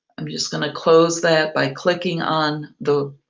i'm just going to close that by clicking on the